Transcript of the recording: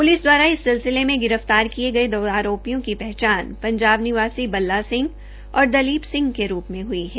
police द्वारा इस सिलसिले में गिरफ्तार किए गए दो आरोपियों की पहचान पंजाब निवासी बल्ला सिंह और दलीप सिंह के रूप में हुई है